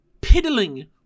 piddling